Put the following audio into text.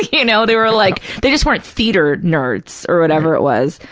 you know, they were like, they just weren't theater nerds or whatever it was,